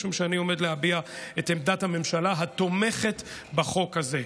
משום שאני עומד להביע את עמדת הממשלה התומכת בחוק הזה.